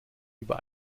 über